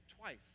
twice